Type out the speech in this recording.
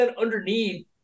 underneath